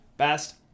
Best